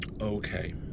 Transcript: Okay